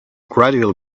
gradual